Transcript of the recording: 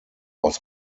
was